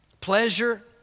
pleasure